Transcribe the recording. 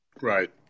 right